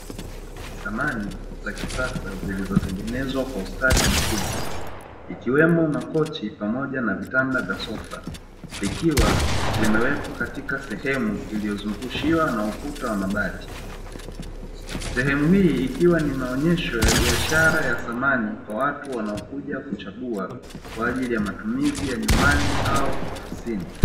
Samani za kisasa zilizotengenezwa kwa ustadi mkubwa ikiwemo makochi pamoja na vitanda vya sofa. Vikiwa vimewekwa katika sehemu iliyozungushiwa na ukuta wa mabati. Sehemu hii ikiwa ni maonesho ya biashara ya samani kwa watu wanaokuja kuchagua kwa ajili ya matumizi ya nyumbani au ofisini.